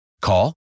Call